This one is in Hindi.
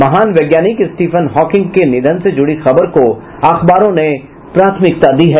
महान वैज्ञानिक स्टीफन हॉकिंग के निधन से जुड़ी खबर को अखबारों ने प्राथमिकता दी है